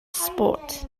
sport